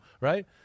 right